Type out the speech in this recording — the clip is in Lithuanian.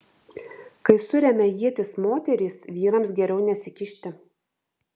kai suremia ietis moterys vyrams geriau nesikišti